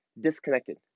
disconnected